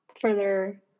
further